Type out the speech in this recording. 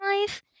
life